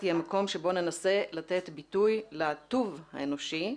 תהיה מקום שבו ננסה לתת ביטוי לטוב האנושי,